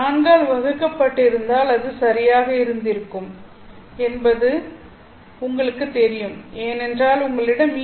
4 ஆல் வகுக்கப்பட்டிருந்தால் இது சரியாக இருந்திருக்கும் என்பது உங்களுக்குத் தெரியும் ஏனென்றால் உங்களிடம் உள்ளது